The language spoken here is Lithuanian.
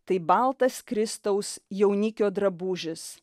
tai baltas kristaus jaunikio drabužis